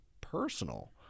personal